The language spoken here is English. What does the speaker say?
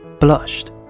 blushed